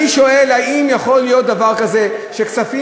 אני שואל: האם יכול להיות דבר כזה שכספים